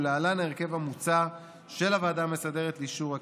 ולהלן ההרכב המוצע של הוועדה המסדרת לאישור הכנסת: